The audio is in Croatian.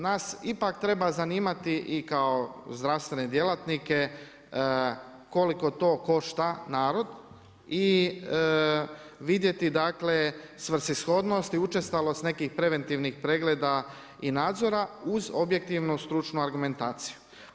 Nas ipak treba zanimati i kao zdravstvene djelatnike koliko to košta narod i vidjeti svrsishodnost i učestalost nekih preventivnih pregleda i nadzora uz objektivno stručnu argumentaciju.